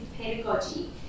pedagogy